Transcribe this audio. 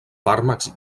fàrmacs